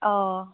अ